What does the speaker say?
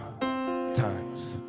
times